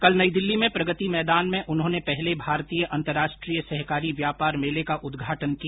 कल नई दिल्ली में प्रगति मैदान में उन्होंने पहले भारतीय अंतर्राष्ट्रीय सहकारी व्यापार मेले का उदघाटन किया